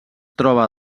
troba